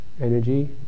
energy